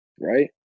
right